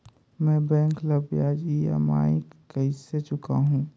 मैं बैंक ला ब्याज ई.एम.आई कइसे चुकाहू?